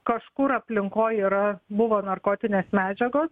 kažkur aplinkoj yra buvo narkotinės medžiagos